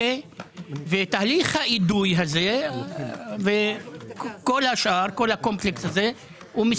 תהליך האידוי הזה וכל השאר הוא מסוכן.